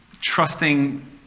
trusting